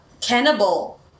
cannibal